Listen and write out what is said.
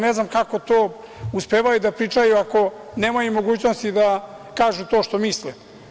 Ne znam kako to uspevaju da pričaju ako nemaju mogućnosti da kažu to što misle?